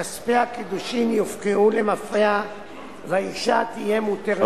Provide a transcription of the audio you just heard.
כספי הקידושים יופקעו למפרע והאשה תהיה מותרת.